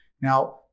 Now